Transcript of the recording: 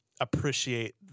appreciate